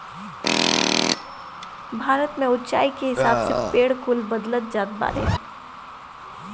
भारत में उच्चाई के हिसाब से पेड़ कुल बदलत जात बाने